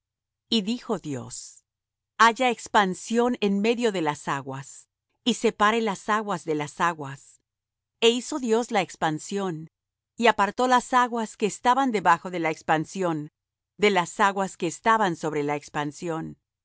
y dijo dios haya expansión en medio de las aguas y separe las aguas de las aguas e hizo dios la expansión y apartó las aguas que estaban debajo de la expansión de las aguas que estaban sobre la expansión